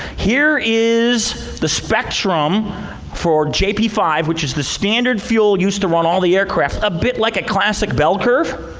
here is the spectrum for jp five, which is the standard fuel used to run all the aircraft. ah bit like a classic bell curve.